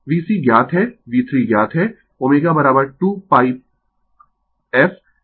तो Vc ज्ञात है V3 ज्ञात है ω2 πpi f जिसमें से f मिलेगा